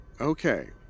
Okay